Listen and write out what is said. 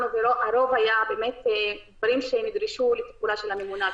והרוב היו דברים שנדרשו לטיפולה של הממונה.